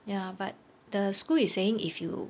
ya but the school is saying if you